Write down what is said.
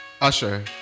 Usher